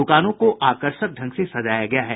द्रकानों को आकर्षक ढ़ंग से सजाया गया है